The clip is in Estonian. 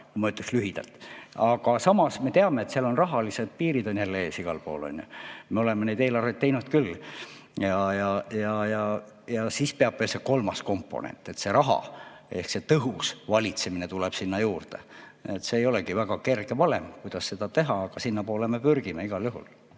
ütleksin lühidalt. Aga samas me teame, et seal on rahalised piirid jälle ees igal pool. Me oleme neid eelarveid teinud küll. Siis peab veel see kolmas komponent olema raha. Ehk see tõhus valitsemine tuleb sinna juurde. See ei olegi väga kerge valem, kuidas seda teha, aga sinnapoole me pürgime igal juhul.